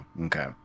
okay